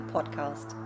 Podcast